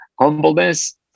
humbleness